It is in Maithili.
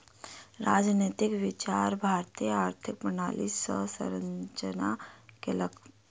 राजनैतिक विचार भारतीय आर्थिक प्रणाली के संरचना केलक